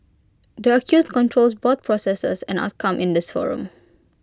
the accused controls both processes and outcome in this forum